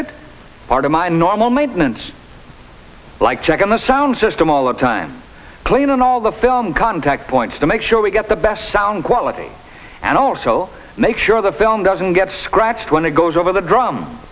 it part of my normal maintenance like checking the sound system all the time clean all the film contact points to make sure we get the best sound quality and also make sure the film doesn't get scratched when it goes over the drum